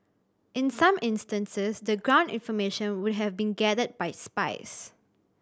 in some instances the ground information would have been gathered by spies